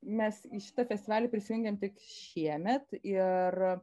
mes į šitą festivalį prisijungėm tik šiemet ir